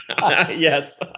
Yes